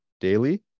daily